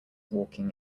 walking